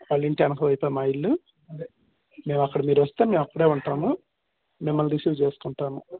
వాళ్ళ ఇంటి వెనక వైపు మా ఇల్లు మేము అక్కడ మీరు వస్తే మేము అక్కడే ఉంటాము మిమ్మల్ని రిసీవ్ చేసుకుంటాము